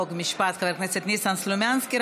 חוק ומשפט חבר הכנסת ניסן סלומינסקי.